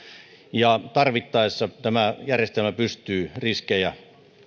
ja tarvittaessa tämä järjestelmä pystyy